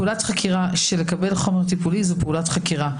קבלת חומר טיפולי זה פעולת חקירה.